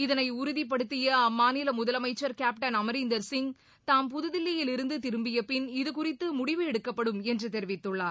இதனை உறுதிப்பபடுத்திய அம்மாநில முதலமைச்சர் கேப்டன் அமரீந்தர் சிங் தாம் புதுதில்லியில் இருந்து திரும்பியபின் இதுகுறித்து முடிவு எடுக்கப்படும் என்று தெரிவித்துள்ளார்